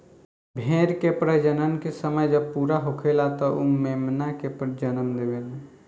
भेड़ के प्रजनन के समय जब पूरा होखेला त उ मेमना के जनम देवेले